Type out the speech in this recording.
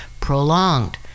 prolonged